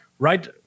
Right